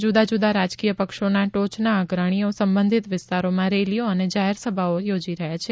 જુદા જુદાં રાજકીય પક્ષોના ટોચના અગ્રણીઓ સંબંધીત વિસ્તારોમાં રેલીઓ અને જાહેરસભાઓ યોજી રહ્યા છે